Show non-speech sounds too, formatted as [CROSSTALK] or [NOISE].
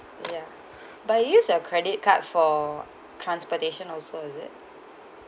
ya [BREATH] by use your credit card for transportation also is it